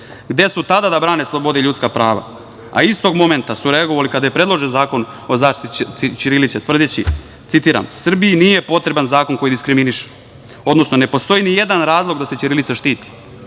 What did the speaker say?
gde su tada da brane slobode i ljudska prava, a istog momenta su reagovali kada je predložen zakon o zaštiti ćirilice, tvrdeći, citiram – Srbiji nije potreban zakon koji diskriminiše, odnosno ne postoji nijedan razlog da se ćirilica